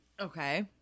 Okay